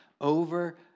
over